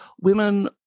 women